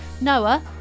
Noah